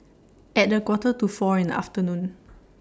At A Quarter to four in The afternoon